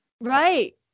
Right